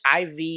IV